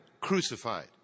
crucified